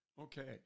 Okay